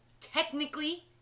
technically